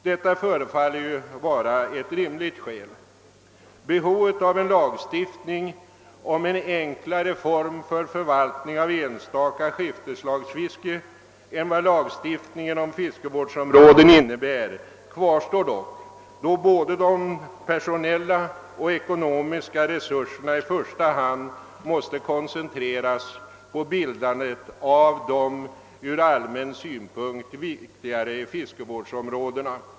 Detta förefaller ju vara ett rimligt skäl. Behovet av en lagstiftning om en enklare form för förvaltning av enstaka skifteslagsfiske än vad lagstiftningen om fiskevårdsområden innebär kvarstår dock, då både de personella och de ekonomiska resurserna i första hand måste koncentreras på bildandet av de från allmän synpunkt viktigare fiskevårdsområdena.